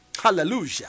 Hallelujah